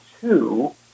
two